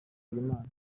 imana